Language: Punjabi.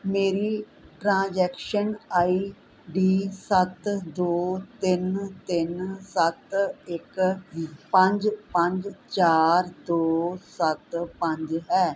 ਮੇਰੀ ਟ੍ਰਾਂਜੈਕਸ਼ਨ ਆਈਡੀ ਸੱਤ ਦੋ ਤਿੰਨ ਤਿੰਨ ਸੱਤ ਇੱਕ ਪੰਜ ਪੰਜ ਚਾਰ ਦੋ ਸੱਤ ਪੰਜ ਹੈ